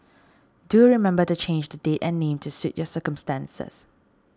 do you remember to change the D and Ling to suit your circumstances